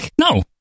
no